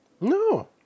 No